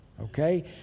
Okay